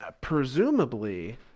presumably